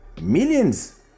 millions